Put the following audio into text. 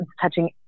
touching